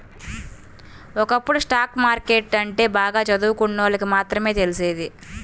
ఒకప్పుడు stock market అంటే బాగా చదువుకున్నోళ్ళకి మాత్రమే తెలిసేది